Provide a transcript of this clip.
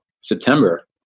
September